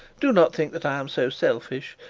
do not think that i am so selfish.